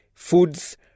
foods